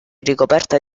ricoperta